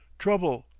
trouble,